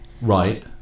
Right